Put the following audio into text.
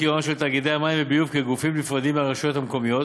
כהוראת שעה, כי רשות מקומית